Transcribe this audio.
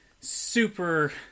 super